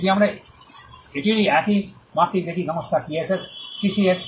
এটি আমরা এটির একই মার্কটি দেখি সংস্থা টিসিএস